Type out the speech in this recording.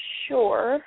sure